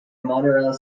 monorail